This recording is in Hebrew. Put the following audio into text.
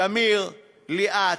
טמיר, ליאת,